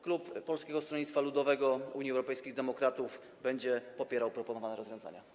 Klub Polskiego Stronnictwa Ludowego - Unii Europejskich Demokratów będzie popierał proponowane rozwiązania.